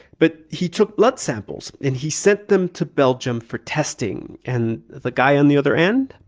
but he took blood samples, and he sent them to belgium for testing. and the guy on the other end,